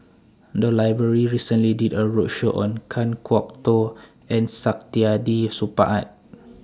The Library recently did A roadshow on Kan Kwok Toh and Saktiandi Supaat